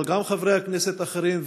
אבל גם חברי כנסת אחרים,